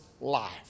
life